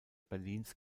berlins